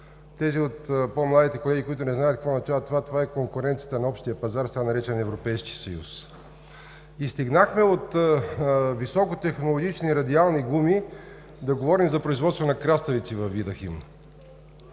Тези от по-младите колеги, които не знаят какво означава това, това е конкуренцията на общия пазар, сега наречен „Европейски съюз“. И стигнахме от високотехнологични радиални гуми, да говорим за производство на краставици във „Видахим“.